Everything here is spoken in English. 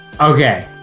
Okay